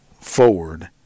forward